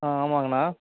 ஆ ஆமாங்கண்ணா